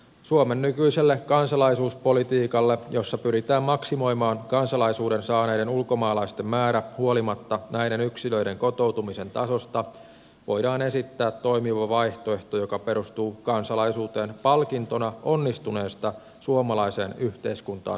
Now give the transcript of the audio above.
suomen nykyiselle kansalaisuuspolitiikalle jossa pyritään maksimoimaan kansalaisuuden saaneiden ulkomaalaisten määrä huolimatta näiden yksilöiden kotoutumisen tasosta voidaan esittää toimiva vaihtoehto joka perustuu kansalaisuuteen palkintona onnistuneesta suomalaiseen yhteiskuntaan sulautumisesta